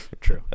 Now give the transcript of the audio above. True